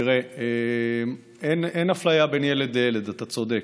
תראה, אין אפליה בין ילד לילד, אתה צודק,